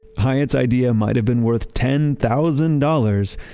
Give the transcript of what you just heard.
hyatt's idea might've been worth ten thousand dollars,